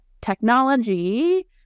technology